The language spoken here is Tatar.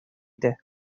итә